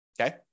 Okay